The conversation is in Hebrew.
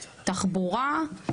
תחבורה,